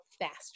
faster